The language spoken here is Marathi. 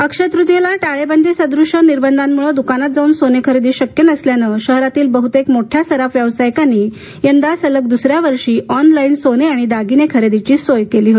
अक्षय तृतीयेला टाळेबंदीसदृश्य निर्बंधांमुळं दुकानात जाऊन सोने खरेदी शक्य नसल्यानं शहरातील बहुतेक मोठ्या सराफ व्यावसायिकांनी यंदा सलग द्सऱ्या वर्षी ऑनलाईन सोने आणि दागिने खरेदीची सोय केली होती